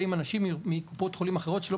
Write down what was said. באים אנשים מקופות חולים אחרות שלא